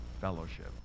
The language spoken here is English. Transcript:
fellowship